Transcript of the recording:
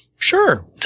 Sure